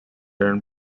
and